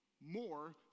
more